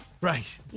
Right